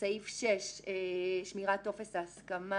סעיף 6 שמירת טופס ההסכמה